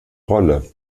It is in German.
rolle